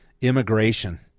immigration